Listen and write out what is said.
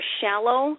shallow